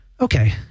okay